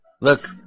Look